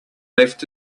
left